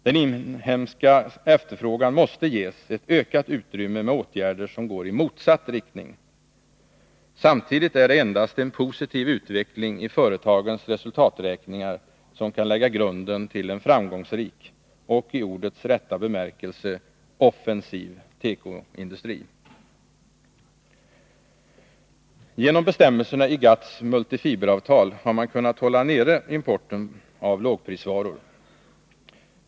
Den inhemska efterfrågan måste ges ett ökat utrymme med åtgärder som går i motsatt riktning. Samtidigt är det endast en positiv utveckling i företagens resultaträkningar som kan lägga grunden till en framgångsrik och i ordets rätta bemärkelse ”offensiv” tekoindustri. Genom bestämmelserna i GATT:s multifiberavtal har man kunnat hålla nere importen av lågprisvaror.